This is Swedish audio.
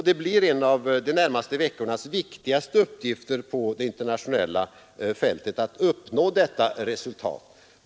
Det blir en av de närmaste veckornas viktigaste uppgifter på det internationella fältet att uppnå detta resultat.